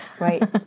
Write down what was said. Right